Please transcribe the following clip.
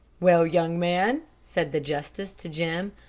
well, young man, said the justice to jim,